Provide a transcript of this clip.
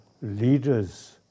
leaders